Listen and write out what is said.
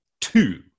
two